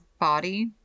body